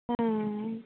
ᱦᱮᱸ